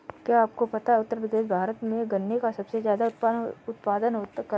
क्या आपको पता है उत्तर प्रदेश भारत में गन्ने का सबसे ज़्यादा उत्पादन करता है?